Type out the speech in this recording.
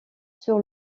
sur